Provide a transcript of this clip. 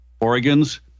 Oregon's